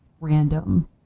random